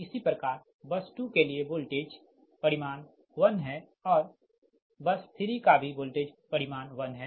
इसी प्रकार बस 2 के लिए वोल्टेज परिमाण 1 है और बस 3 का भी वोल्टेज परिमाण 1 है